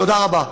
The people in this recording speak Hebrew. תודה רבה.